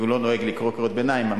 כי הוא לא נוהג לקרוא קריאות ביניים,